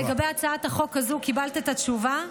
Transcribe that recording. לגבי הצעת החוק הזו קיבלת את התשובה,